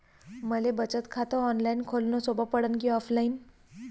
मले बचत खात ऑनलाईन खोलन सोपं पडन की ऑफलाईन?